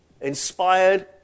inspired